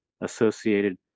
associated